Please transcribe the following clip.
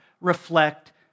reflect